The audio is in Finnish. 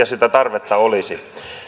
sitä tarvetta olisi